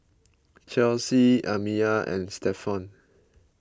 Chelsi Amiyah and Stephon